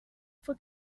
fue